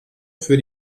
für